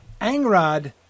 Angrod